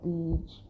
Beach